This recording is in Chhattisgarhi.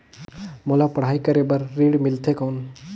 मोला पढ़ाई करे बर ऋण मिलथे कौन?